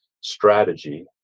strategy